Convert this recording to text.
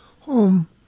home